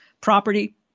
property